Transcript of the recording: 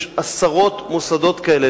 יש עשרות מוסדות כאלה.